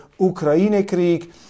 Ukraine-Krieg